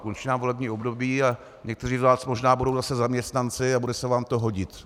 Končí nám volební období a někteří z vás možná budou zase zaměstnanci a bude se vám to hodit.